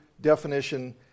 definition